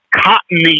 cottony